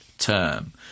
term